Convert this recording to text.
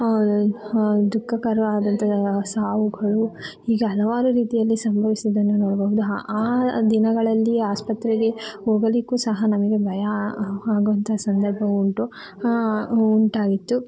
ದುಃಖಕರ ಆದಂತಹ ಸಾವುಗಳು ಹೀಗೆ ಹಲವಾರು ರೀತಿಯಲ್ಲಿ ಸಂಭವಿಸಿದ್ದನ್ನು ನೋಡಬಹುದು ಆ ಆ ದಿನಗಳಲ್ಲಿ ಆಸ್ಪತ್ರೆಯಲ್ಲಿ ಹೋಗಲಿಕ್ಕೂ ಸಹ ನಮಗೆ ಭಯ ಆ ಆಗುವಂತಹ ಸಂದರ್ಭ ಉಂಟು ಉಂಟಾಗಿತ್ತು